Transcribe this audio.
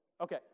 Okay